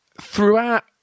Throughout